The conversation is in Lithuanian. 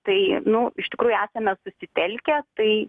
tai nu iš tikrųjų esame susitelkę tai